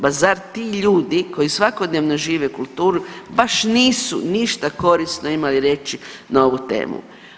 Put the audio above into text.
Ma zar ti ljudi koji svakodnevno žive kulturu baš nisu ništa korisno imali reći na ovu temu.